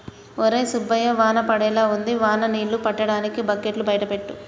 ఒరై సుబ్బయ్య వాన పడేలా ఉంది వాన నీళ్ళు పట్టటానికి బకెట్లు బయట పెట్టు